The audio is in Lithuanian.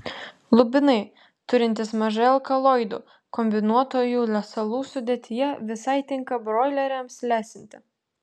lubinai turintys mažai alkaloidų kombinuotųjų lesalų sudėtyje visai tinka broileriams lesinti